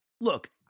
look